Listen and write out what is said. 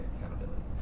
accountability